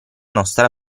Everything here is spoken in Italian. nostra